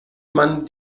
man